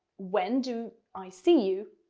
when do i see you?